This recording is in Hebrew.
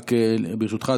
רק ברשותך,